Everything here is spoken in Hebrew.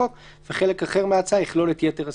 החוק וחלק אחר מההצעה יכלול את יתר הסעיפים.